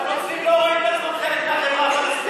כן, וחלק לא.